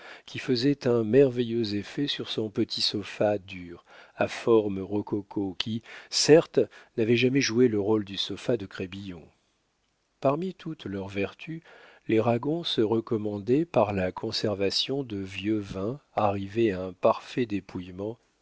qui faisait un merveilleux effet sur son petit sofa dur à formes rococo qui certes n'avait jamais joué le rôle du sofa de crébillon parmi toutes leurs vertus les ragon se recommandaient par la conservation de vieux vins arrivés à un parfait